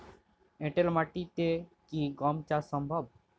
এঁটেল মাটিতে কি গম চাষ সম্ভব?